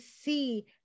see